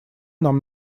нам